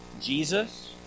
Jesus